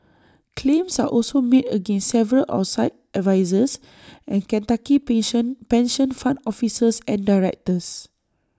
claims are also made against several outside advisers and Kentucky patient pension fund officers and directors